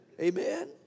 Amen